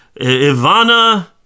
Ivana